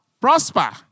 prosper